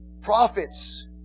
Prophets